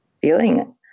feeling